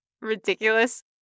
ridiculous